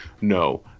No